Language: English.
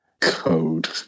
Code